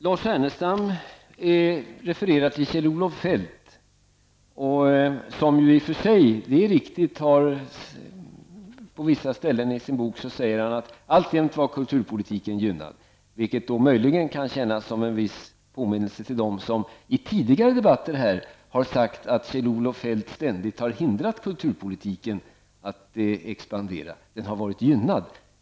Lars Ernestam refererar till Kjell-Olof Feldt som i och för sig, vilket är helt riktigt, på vissa ställen i sin bok säger att kulturpolitiken alltjämt var gynnad, vilket möjligen kan kännas som en viss påminnelse till dem som i tidigare debatter här i kammaren har sagt att Kjell-Olof Feldt ständigt har hindrat kulturpolitiken att expandera. Den har varit gynnad.